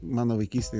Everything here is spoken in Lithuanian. mano vaikystė